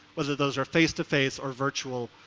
whether those are face to face or virtual,